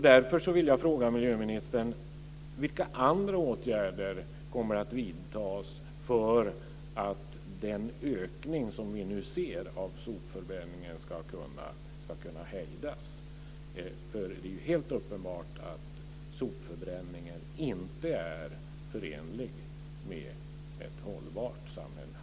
Därför vill jag fråga miljöministern vilka andra åtgärder som kommer att vidtas för att den ökning som vi nu ser av sopförbränningen ska kunna hejdas. Det är helt uppenbart att sopförbränningen inte är förenlig med ett hållbart samhälle.